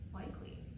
likely